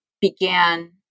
began